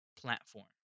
platform